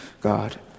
God